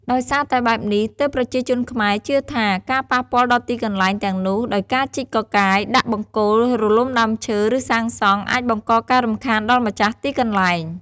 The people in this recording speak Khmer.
ដោយសារតែបែបនេះ ទើបប្រជាជនខ្មែរជឿថា ការប៉ះពាល់ដល់ទីកន្លែងទាំងនោះ ដោយការជីកកកាយ ដាល់បង្គោល រំលំដើមឈើ ឬសាងសង់ អាចបង្កការរំខានដល់ម្ចាស់ទីកន្លែង។